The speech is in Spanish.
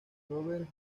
robert